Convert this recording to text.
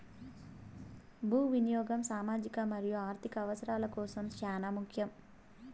భూ వినియాగం సామాజిక మరియు ఆర్ధిక అవసరాల కోసం చానా ముఖ్యం